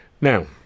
Now